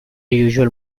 usual